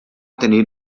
tenir